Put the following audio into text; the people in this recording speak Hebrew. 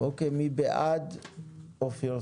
מי בעד אופיר סופר?